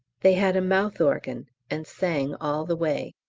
they had a mouth-organ and sang all the way.